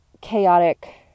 chaotic